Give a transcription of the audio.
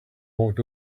walked